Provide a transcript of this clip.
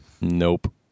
Nope